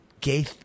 Gay